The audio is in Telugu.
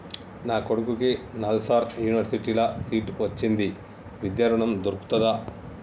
నా కొడుకుకి నల్సార్ యూనివర్సిటీ ల సీట్ వచ్చింది విద్య ఋణం దొర్కుతదా?